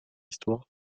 histoire